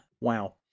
Wow